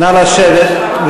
נא לשבת.